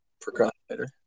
procrastinator